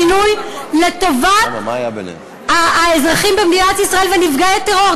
שינוי לטובת האזרחים במדינת ישראל ונפגעי טרור,